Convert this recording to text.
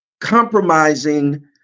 Compromising